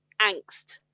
angst